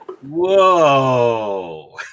Whoa